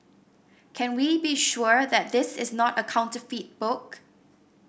can we be sure that this is not a counterfeit book